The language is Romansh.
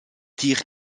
tir